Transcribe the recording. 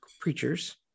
preachers